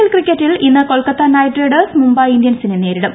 L ക്രിക്കറ്റിൽ ഇന്ന് Kolkata Knight Riders Mumbai ഇന്ത്യൻസിനെ നേരിടും